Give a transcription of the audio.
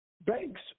Banks